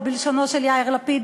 או בלשונו של יאיר לפיד,